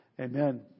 Amen